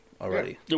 already